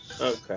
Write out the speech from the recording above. Okay